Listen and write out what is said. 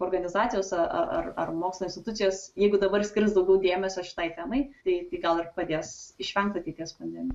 organizacijos ar ar ar mokslo institucijos jeigu dabar skirs daugiau dėmesio šitai temai tai gal ir padės išvengt ateities pandemijų